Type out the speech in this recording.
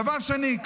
דבר שני,